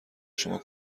شما